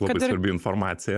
labai svarbi informacija